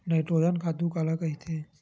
Nitrogen खातु काला कहिथे?